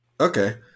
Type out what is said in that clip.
Okay